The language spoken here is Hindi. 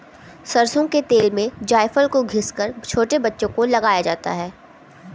सरसों के तेल में जायफल को घिस कर छोटे बच्चों को लगाया जाता है